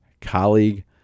colleague